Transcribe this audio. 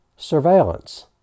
surveillance